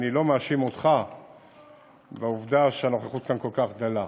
שאני לא מאשים אותך בעובדה שהנוכחות כאן כל כך דלה.